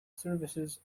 services